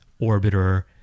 orbiter